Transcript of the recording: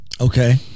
Okay